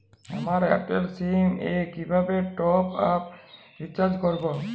আমার Airtel sim এ কিভাবে টপ আপ রিচার্জ করবো?